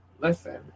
Listen